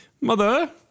Mother